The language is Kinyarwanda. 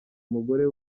umugore